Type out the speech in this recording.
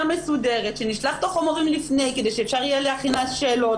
מסודרת שנשלח את החומרים לפני כדי שאפשר יהיה להכין שאלות,